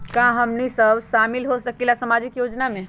का हमनी साब शामिल होसकीला सामाजिक योजना मे?